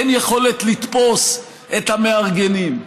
אין יכולת לתפוס את המארגנים.